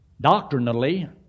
Doctrinally